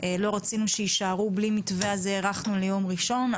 לא רצינו שיישארו בלי מתווה עד יום ראשון,